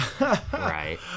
right